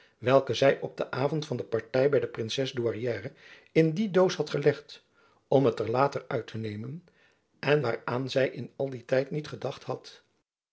welk zy op den avond van de party by de princes douairière in die doos had gelegd om het er later uit te nemen en waaraan zy in al dien tyd niet gedacht had